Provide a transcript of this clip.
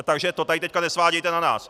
Takže to tady teď nesvádějte na nás.